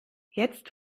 jetzt